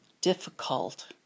difficult